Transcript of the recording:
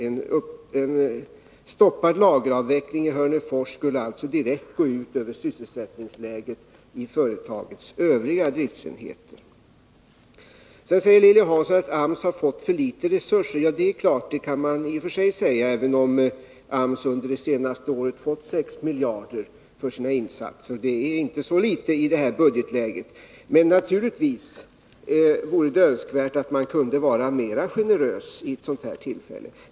En stoppad lageravveckling i Hörnefors skulle alltså direkt gå ut över sysselsättningsläget i företagets övriga driftsenheter. Sedan säger Lilly Hansson att AMS har fått för litet resurser. Det kan man i och för sig säga, även om AMS under det senaste året har fått 6 miljarder för sina insatser, och det är inte så litet i rådande budgetläge. Men det vore naturligtvis önskvärt att man kunde vara mera generös vid ett sådant här tillfälle.